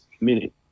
minute